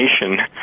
nation